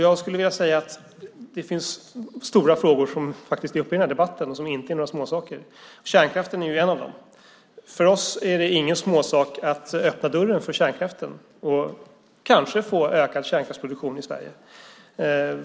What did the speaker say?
Jag skulle vilja säga att det finns stora frågor som är uppe i den här debatten och som inte är några småsaker. Kärnkraften är en av dem. För oss är det ingen småsak att öppna dörren för kärnkraften och kanske få ökad kärnkraftsproduktion i Sverige.